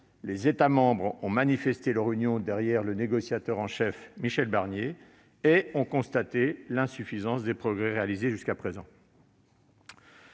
les États membres ont manifesté leur union derrière le négociateur en chef, Michel Barnier, et ont constaté l'insuffisance des progrès accomplis jusqu'à présent.